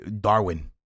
Darwin